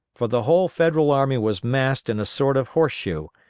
for the whole federal army was massed in a sort of horse shoe,